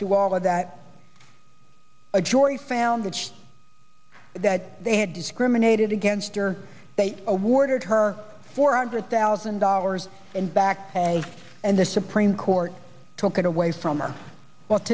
to all of that a jury found which they had discriminated against or they awarded her four hundred thousand dollars in back pay and the supreme court took it away from